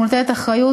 מוטלת אחריות,